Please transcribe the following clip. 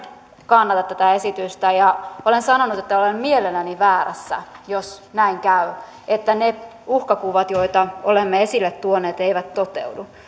kannata tätä esitystä ja olen sanonut että olen mielelläni väärässä jos näin käy että ne uhkakuvat joita olemme esille tuoneet eivät toteudu